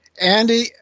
Andy